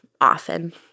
often